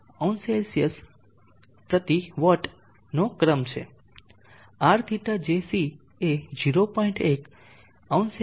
5oCW નો ક્રમ છે Rθjc એ 0